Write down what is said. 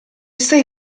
stai